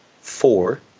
four